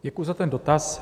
Děkuji za ten dotaz.